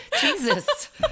Jesus